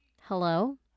Hello